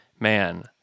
Man